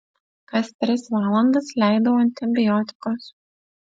kas tris valandas leidau antibiotikus